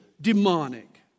demonic